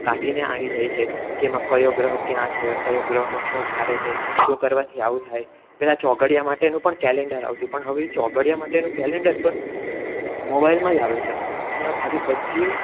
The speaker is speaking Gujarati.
કાઢીને આવી જાય છે કે એમાં કયો ગ્રહ ક્યાં છે કયો ગ્રહનો શું ભારે છે શું કરવાથી આવું થાય પહેલાં ચોઘડિયા માટેનું પણ કેલેન્ડર આવતું પણ હવે એ ચોઘડિયા માટેનું કેલેન્ડર પણ મોબાઈલમાં જ આવે છે અને આવી બધી